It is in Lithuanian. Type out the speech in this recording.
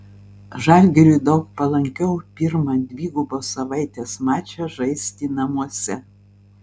žalgiriui daug palankiau pirmą dvigubos savaitės mačą žaisti namuose